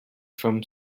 from